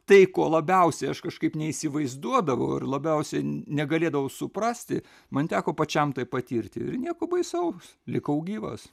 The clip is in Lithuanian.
tai ko labiausiai aš kažkaip neįsivaizduodavau ir labiausiai negalėdavau suprasti man teko pačiam tai patirti ir nieko baisaus likau gyvas